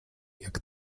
jak